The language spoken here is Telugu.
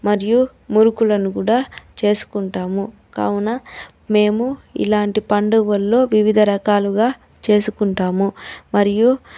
మరియు మురుకులను కూడా చేసుకుంటాము కావున మేము ఇలాంటి పండుగలలో వివిధ రకాలుగా చేసుకుంటాము మరియు